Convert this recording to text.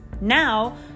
Now